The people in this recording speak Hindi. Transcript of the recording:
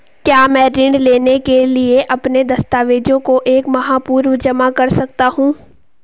क्या मैं ऋण लेने के लिए अपने दस्तावेज़ों को एक माह पूर्व जमा कर सकता हूँ?